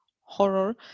horror